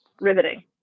riveting